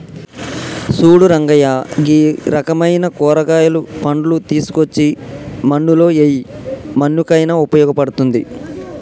సూడు రంగయ్య గీ రకమైన కూరగాయలు, పండ్లు తీసుకోచ్చి మన్నులో ఎయ్యి మన్నుకయిన ఉపయోగ పడుతుంది